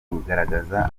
bugaragaza